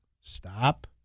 Stop